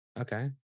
okay